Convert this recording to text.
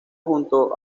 junto